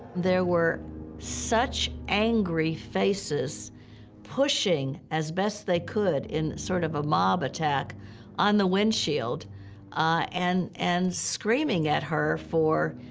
there were such angry faces pushing as best they could in sort of a mob attack on the windshield and and screaming at her for,